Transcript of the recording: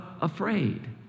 afraid